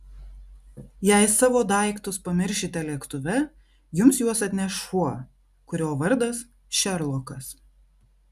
jei savo daiktus pamiršite lėktuve jums juos atneš šuo kurio vardas šerlokas